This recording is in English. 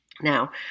Now